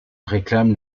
réclame